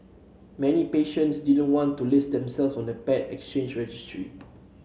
many patients didn't want to list themselves on the paired exchange registry